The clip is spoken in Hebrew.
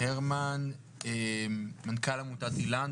הרמן מנכ"ל עמותת איל"ן,